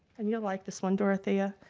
and you'll like this one dorothea.